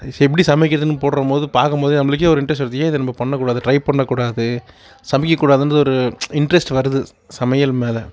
எப்படி சமைக்கிறதுன்னு போடுறம்போது பார்க்கும்போதே நம்மளுக்கே ஒரு இன்ட்ரெஸ்ட் வருது ஏன் இதை நம்ம பண்ணக்கூடாது டிரை பண்ணக்கூடாது சமைக்ககூடாதுகிற ஒரு இன்ட்ரெஸ்ட் வருது சமையல் மேலே